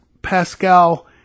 pascal